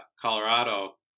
Colorado